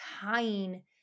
tying